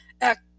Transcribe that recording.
Act